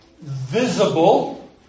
visible